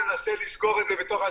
שננסה לסגור את זה בתוך המשפחה,